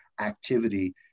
activity